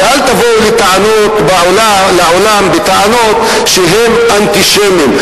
ואל תבואו לעולם בטענות שהם אנטישמים.